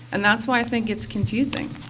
and that's why i think it's confusing.